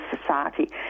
society